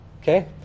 Okay